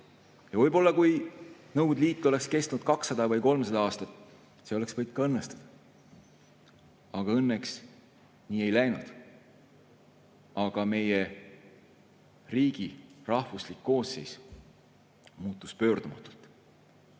võib-olla, kui Nõukogude Liit oleks kestnud 200 või 300 aastat, oleks see võinud õnnestuda. Aga õnneks nii ei läinud. Ent meie riigi rahvuslik koosseis muutus pöördumatult.